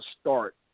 start